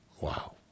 Wow